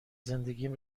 زندگیم